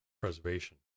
preservation